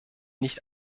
nicht